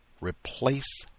replace